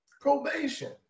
probation